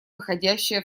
выходящее